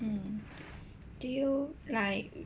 mm do you like